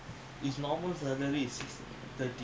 ah you see good already